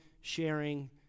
sharing